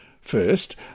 First